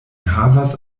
havas